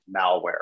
malware